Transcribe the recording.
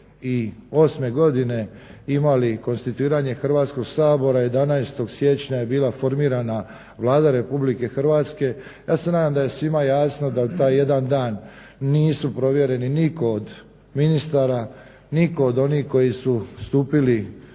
2008.godine imali konstituiranje Hrvatskog sabora, 11.siječnja je bila formirana Vlada RH. Ja se nadam da je svima jasno da taj jedan dan nisu provjereni nitko od ministara, nitko od onih koji su stupili